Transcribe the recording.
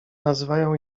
nazywają